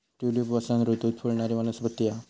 tulip वसंत ऋतूत फुलणारी वनस्पती हा